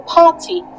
party